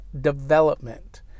development